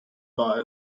buy